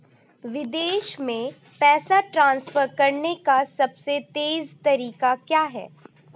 विदेश में पैसा ट्रांसफर करने का सबसे तेज़ तरीका क्या है?